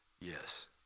yes